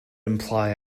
imply